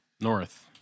north